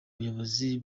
bayobozi